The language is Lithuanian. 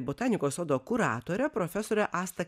botanikos sodo kuratorę profesorę asta